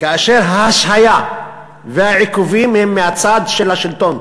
כאשר ההשהיה והעיכובים הם מהצד של השלטון,